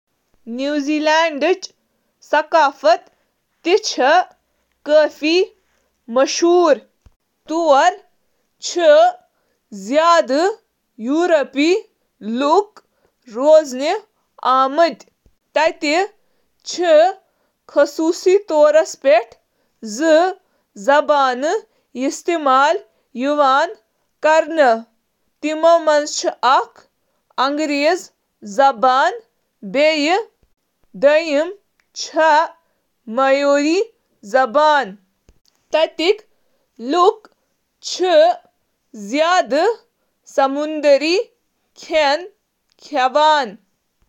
نیوزی لینڈچ ثقافت چِھ یورپی تہٕ ماوری اثراتن ہنٛد امتزاج، تہٕ یہٕ چُھ کھلہٕ، دوستانہٕ تہٕ احترام خاطرٕ زاننہٕ یوان: زبان ۔ نیوزی لینڈس منٛز چھِ ترٛےٚ سرکٲرۍ زبانہٕ: انگریزی، نیوزی لینڈ سائن لینگویج، تہٕ تے ریو ماؤری۔